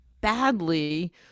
badly